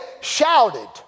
shouted